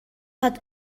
hat